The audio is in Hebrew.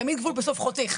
תמיד גבול בסוף חותך.